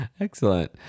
Excellent